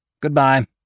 Goodbye